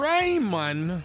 Raymond